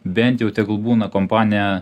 bent jau tegul būna kompanija